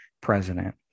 president